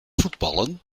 voetballen